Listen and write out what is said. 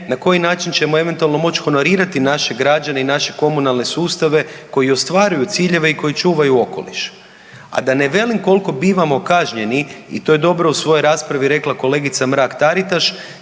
na koji način ćemo eventualno moći honorirati naše građane i naše komunalne sustave koji ostvaruju ciljeve i koji čuvaju okoliš. A da ne velim koliko bivamo kažnjeni i to je dobro u svojoj raspravi rekla kolegica Mrak Taritaš